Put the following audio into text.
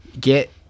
Get